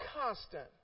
constant